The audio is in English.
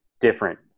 different